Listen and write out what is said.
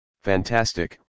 fantastic